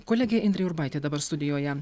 kolegė indrė urbaitė dabar studijoje